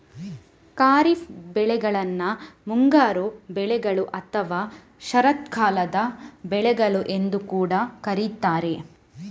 ಖಾರಿಫ್ ಬೆಳೆಗಳನ್ನ ಮುಂಗಾರು ಬೆಳೆಗಳು ಅಥವಾ ಶರತ್ಕಾಲದ ಬೆಳೆಗಳು ಎಂದು ಕೂಡಾ ಕರೀತಾರೆ